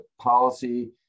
policy